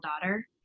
daughter